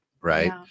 right